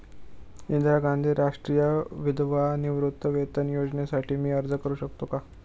इंदिरा गांधी राष्ट्रीय विधवा निवृत्तीवेतन योजनेसाठी मी अर्ज करू शकतो?